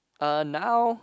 uh now